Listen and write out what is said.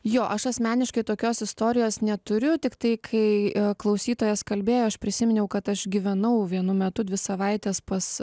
jo aš asmeniškai tokios istorijos neturiu tiktai kai klausytojas kalbėjo aš prisiminiau kad aš gyvenau vienu metu dvi savaites pas